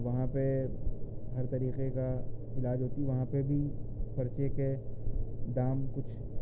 وہاں پہ ہر طریقے کا علاج ہوتی وہاں پہ بھی پرچے کے دام کچھ